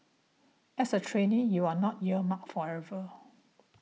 as a trainee you are not earmarked forever